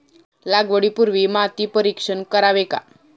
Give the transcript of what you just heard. लागवडी पूर्वी माती परीक्षण करावे का?